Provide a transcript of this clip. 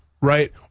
right